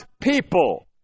people